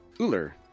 Uller